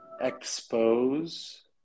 expose